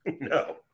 No